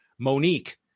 Monique